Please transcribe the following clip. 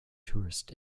tourist